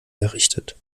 errichtet